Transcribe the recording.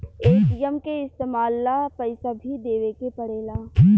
ATM के इस्तमाल ला पइसा भी देवे के पड़ेला